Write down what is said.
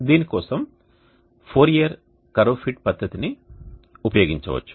దీని కోసం Fourier curve fit పద్ధతిని ఉపయోగించవచ్చు